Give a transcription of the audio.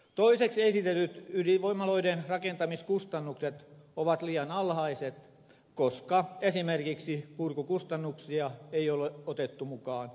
toiseksi esitetyt ydinvoimaloiden rakentamiskustannukset ovat liian alhaiset koska esimerkiksi purkukustannuksia ei ole otettu mukaan laskuihin